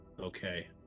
okay